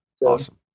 Awesome